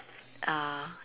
uh